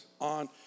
on